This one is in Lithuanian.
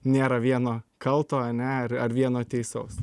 nėra vieno kalto ane ar ar vieno teisaus